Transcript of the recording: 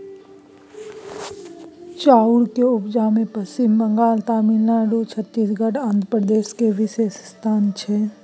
चाउर के उपजा मे पच्छिम बंगाल, तमिलनाडु, छत्तीसगढ़, आंध्र प्रदेश केर विशेष स्थान छै